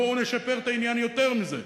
בואו נשפר את העניין יותר מזה,